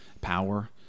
power